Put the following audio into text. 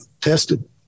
tested